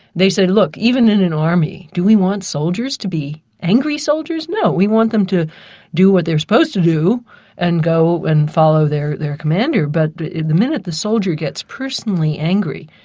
they say look, even in an army do we want soldiers to be angry soldiers? no, we want them to do what they're supposed to do and go and follow their commander, but the minute the soldier gets personally angry,